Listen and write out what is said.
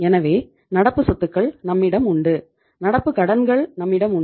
எனவே நடப்பு சொத்துக்கள் நம்மிடம் உண்டு நடப்பு கடன்கள் நம்மிடம் உண்டு